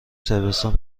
صربستان